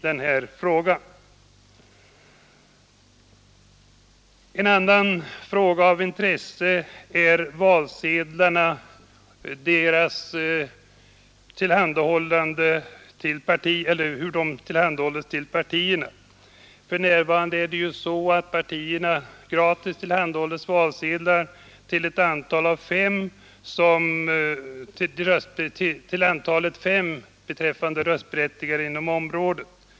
En annan fråga av intresse är hur valsedlarna skall tillhandahållas partierna. För närvarande får partierna gratis fem valsedlar för varje röstberättigad person inom området.